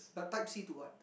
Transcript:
but type C to what